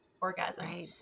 orgasm